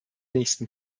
nächsten